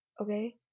okay